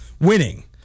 winning